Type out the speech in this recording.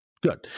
Good